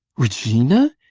regina?